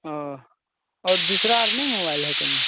ओ और दूसरा और नया मोबाइल है कोनो